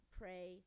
pray